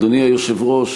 אדוני היושב-ראש,